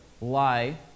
lie